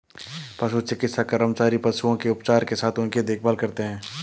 पशु चिकित्सा कर्मचारी पशुओं के उपचार के साथ उनकी देखभाल करते हैं